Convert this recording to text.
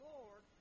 Lord